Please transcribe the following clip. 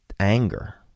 Anger